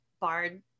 bard